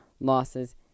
losses